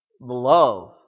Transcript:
love